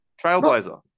Trailblazer